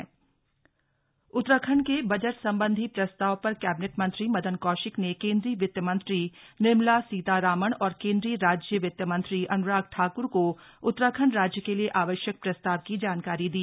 Madan Kaushik budget Uttarakhand के budget सम्बन्धी प्रस्ताव पर कैबिनेट मंत्री मदन कौशिक ने केन्द्रीय वित्त मंत्री निर्मला सीतारमण और केंद्रीय राज्य वित मंत्री अनुराग ठाकुर को उत्तराखण्ड राज्य के लिए आवश्यक प्रस्ताव की जानकारी दी